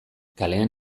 kalean